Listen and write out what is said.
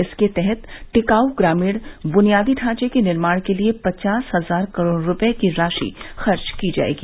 इसके तहत टिकाऊ ग्रामीण बुनियादी ढांचे के निर्माण के लिए पचास हजार करोड़ रुपये की राशि खर्च की जाएगी